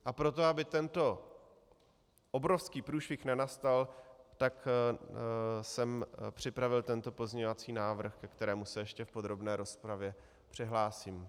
A proto, aby tento obrovský průšvih nenastal, tak jsem připravil tento pozměňovací návrh, ke kterému se ještě v podrobné rozpravě přihlásím.